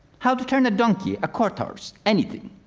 how to turn a donkey, a carthorse, anything.